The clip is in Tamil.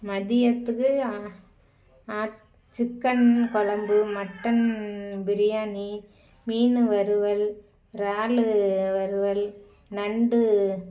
மதியத்துக்கு ஆ சிக்கன் குழம்பு மட்டன் பிரியாணி மீன் வறுவல் இறால் வறுவல் நண்டு